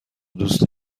دوست